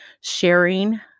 sharing